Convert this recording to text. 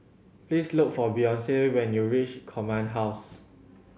please look for Beyonce when you reach Command House